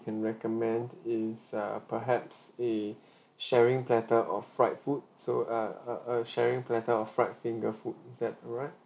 can recommend is uh perhaps a sharing platter of fried food so uh a a sharing platter of fried finger food is that alright